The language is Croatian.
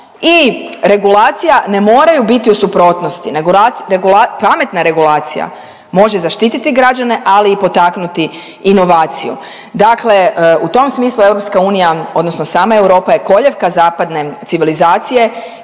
i regulacija ne moraju biti u suprotnosti. Pametna regulacija može zaštititi građane ali i potaknuti inovaciju. Dakle u tom smislu EU odnosno sama Europa je koljevka zapadne civilizacije